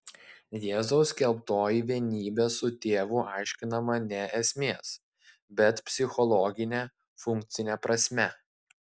jėzaus skelbtoji vienybė su tėvu aiškinama ne esmės bet psichologine funkcine prasme